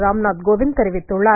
ராம்நாத் கோவிந்த் தெரிவித்துள்ளார்